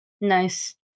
Nice